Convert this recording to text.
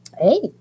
hey